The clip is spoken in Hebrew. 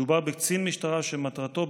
מדובר בקצין משטרה שמטרתו,